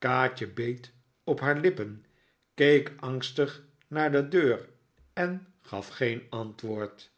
kaatje beet op haar lippen keek angstig naar de deur en gaf geen antwoord